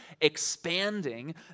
expanding